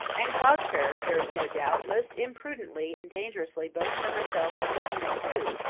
and caused her, there is no doubt, most imprudently and dangerously both for herself and for england too,